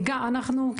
כן.